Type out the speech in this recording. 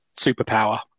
superpower